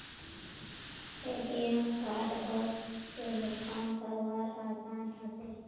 ATM कार्डओत से भुगतान करवार आसान ह छेक